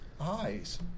eyes